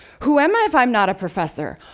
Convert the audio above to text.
who am i if i am not a professor?